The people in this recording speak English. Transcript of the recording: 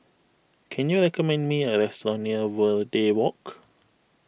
can you recommend me a restaurant near Verde Walk